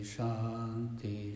Shanti